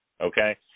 Okay